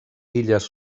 illes